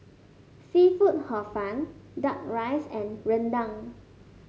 seafood Hor Fun duck rice and rendang